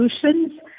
solutions